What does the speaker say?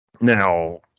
now